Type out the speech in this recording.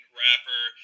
rapper